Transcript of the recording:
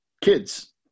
kids